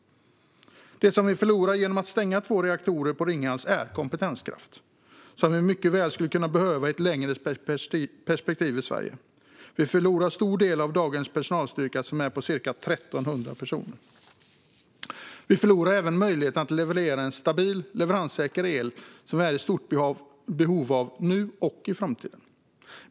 Det som vi förlorar genom att stänga två reaktorer på Ringhals är kompetenskraft som vi mycket väl skulle kunna behöva i ett längre perspektiv i Sverige. Vi förlorar en stor del av dagens personalstyrka som är ca 1 300 personer. Vi förlorar även möjligheten att leverera en stabil och leveranssäker el som vi är i stort behov av nu och i framtiden.